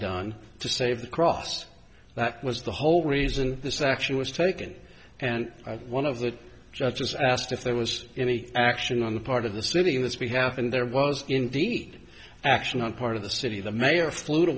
done to save the crossed that was the whole reason this action was taken and one of the judges asked if there was any action on the part of the city in this behalf and there was indeed action on part of the city the mayor flew to